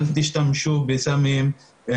אל תשתמשו בסמים,